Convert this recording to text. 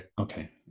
Okay